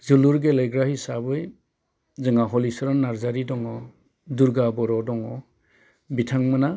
जोलुर गेलेग्रा हिसाबै जोंना हलिचरन नारजारि दङ दुर्गा बर' दङ बिथांमोना